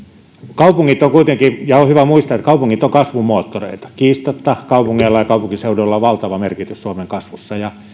kuitenkin on hyvä muistaa että kaupungit ovat kasvumoottoreita kiistatta kaupungeilla ja kaupunkiseuduilla on valtava merkitys suomen kasvulle